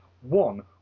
one